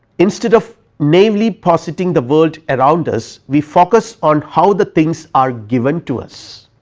instead of naively positing the world around us. we focus on how the things are given to us,